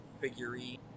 Figurine